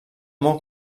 molt